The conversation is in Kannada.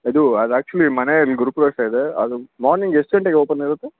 ಇದು ಅದು ಆ್ಯಕ್ಚುಲಿ ಮನೇಲೆ ಗೃಹಪ್ರವೇಶ ಇದೆ ಅದು ಮಾರ್ನಿಂಗ್ ಎಷ್ಟು ಗಂಟೆಗೆ ಓಪನ್ ಇರುತ್ತೆ